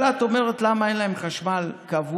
אבל את אומרת: למה אין להם חשמל קבוע,